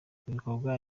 ibikorwa